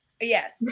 Yes